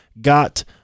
got